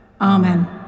amen